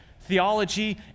theology